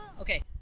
Okay